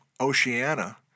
Oceania